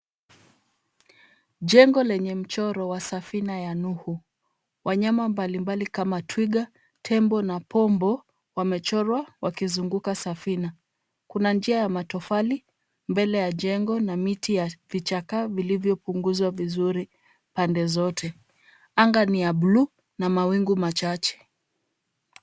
Jengo lenye mchoro wa safina ya Nuhu, wanyama mbalimbali kama twiga, tembo na pombo, wamechorwa wakizunguka safina. Kuna njia ya matofali mbele ya jengo na miti ya vichaka vilivyopunguzwa vizuri pande zote. Anga ni ya buluu na mawingu machache.